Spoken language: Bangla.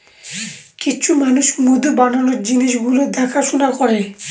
কিছু মানুষ মধু বানানোর জিনিস গুলো দেখাশোনা করে